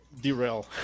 derail